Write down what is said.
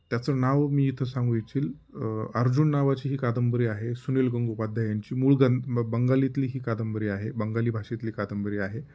त्याचं नाव मी इथं सांगू इच्छील अर्जुन नावाची ही कादंबरी आहे सुनील गंगोपाध्याय यांची मूळ गं बंगालीतली ही कादंबरी आहे बंगाली भाषेतली कादंबरी आहे